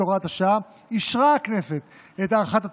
הוראת השעה אישרה הכנסת את הארכת התקופה,